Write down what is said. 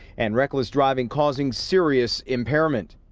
and reckless driving causing serious impairment.